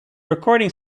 recording